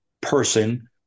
person